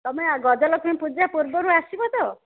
ତୁମେ ଗଜଲକ୍ଷ୍ମୀ ପୂଜା ପୂର୍ବରୁ ଆସିବ ତ